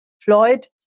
Floyd